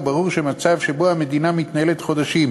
וברור שמצב שבו המדינה מתנהלת חודשים